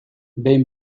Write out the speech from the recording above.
behin